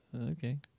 Okay